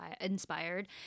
inspired